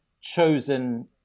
chosen